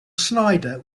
snyder